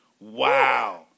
Wow